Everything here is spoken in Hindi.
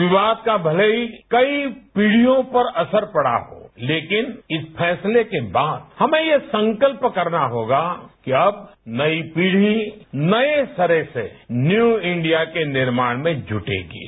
इस विवाद का भले ही कई पीढ़ियों पर असर पड़ा हो लेकिन इस फैसले के बाद हमें यह संकल्प करना होगा कि अब नई पीढ़ी नए सिरे से न्यू इंडिया के निर्माण में जुटेगी